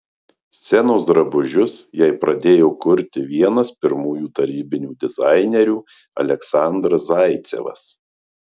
scenos drabužius jai pradėjo kurti vienas pirmųjų tarybinių dizainerių aleksandras zaicevas